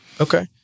Okay